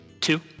Two